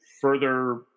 further